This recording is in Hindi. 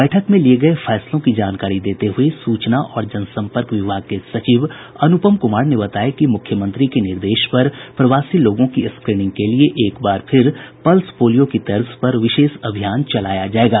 बैठक में लिये गये फैसलों की जानकारी देते हुये सूचना और जनसम्पर्क विभाग के सचिव अनुपम कुमार ने बताया कि मुख्यमंत्री के निर्देश पर प्रवासी लोगों की स्क्रीनिंग के लिए एक बार फिर पल्स पोलियो की तर्ज पर विशेष अभियान चलाया जायेगा